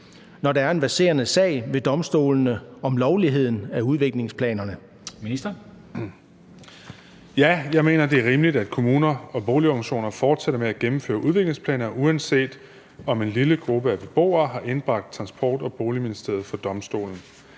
Kristensen): Ministeren. Kl. 14:28 Boligministeren (Kaare Dybvad Bek): Ja, jeg mener, at det er rimeligt, at kommuner og boligorganisationer fortsætter med at gennemføre udviklingsplaner, uanset om en lille gruppe af beboere har indbragt Transport- og Boligministeriet for domstolene.